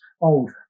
old